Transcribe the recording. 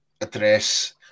address